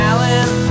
Alan